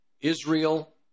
israel